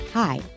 Hi